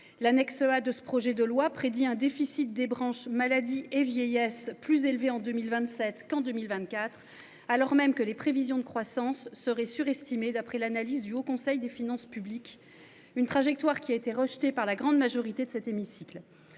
L’annexe A de ce projet de loi prédit un déficit des branches maladie et vieillesse plus élevé en 2027 qu’en 2024, alors même que les prévisions de croissance seraient surestimées, d’après l’analyse du Haut Conseil des finances publiques. Une telle trajectoire a été rejetée par la grande majorité des membres